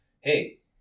hey